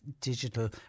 digital